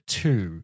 two